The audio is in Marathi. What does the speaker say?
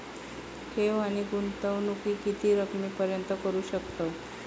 ठेव आणि गुंतवणूकी किती रकमेपर्यंत करू शकतव?